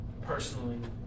Personally